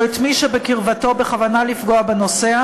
או את מי שבקרבתו, בכוונה לפגוע בנוסע,